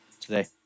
Today